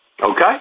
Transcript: Okay